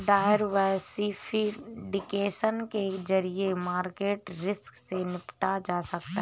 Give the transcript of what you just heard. diversification के जरिए market risk से निपटा जा सकता है